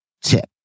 tip